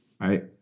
Right